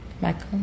Michael